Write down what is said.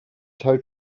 tow